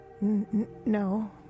no